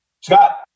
Scott